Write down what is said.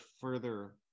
further